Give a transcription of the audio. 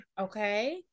Okay